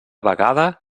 vegada